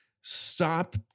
stop